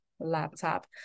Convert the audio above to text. laptop